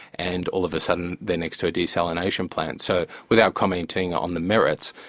and all of a sudden they're next to a desalination plant. so without commenting on the merits,